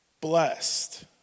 blessed